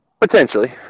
Potentially